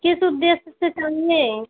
किस उद्देश्य से चाहिए